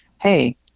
hey